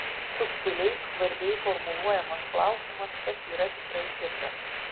subtiliai skvarbiai formuluojamas klausimas kas yra tikrai tikra